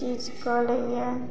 चीज करैया